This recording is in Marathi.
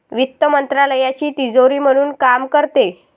वित्त मंत्रालयाची तिजोरी म्हणून काम करते